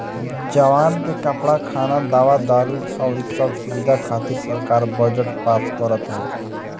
जवान के कपड़ा, खाना, दवा दारु अउरी सब सुबिधा खातिर सरकार बजट पास करत ह